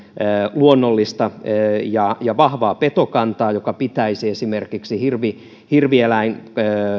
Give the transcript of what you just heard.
luonnollista ja ja vahvaa petokantaa joka pitäisi esimerkiksi hirvieläinkannat